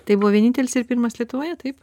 tai buvo vienintelis ir pirmas lietuvoje taip